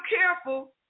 careful